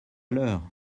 leur